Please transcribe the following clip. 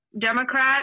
Democrat